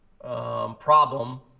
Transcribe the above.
problem